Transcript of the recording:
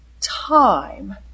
time